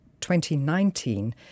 2019